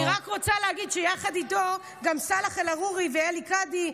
אני רק רוצה להגיד שיחד איתו גם סאלח אל-עארורי ועלי קאדי,